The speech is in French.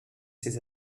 ses